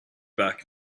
back